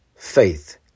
faith